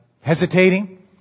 hesitating